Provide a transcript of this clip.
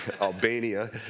Albania